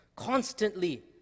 constantly